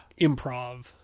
improv